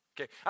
Okay